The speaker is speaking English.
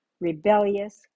rebellious